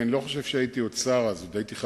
אני רואה שאנחנו לא משתמשים בכלים הפיננסיים כדי לצמצם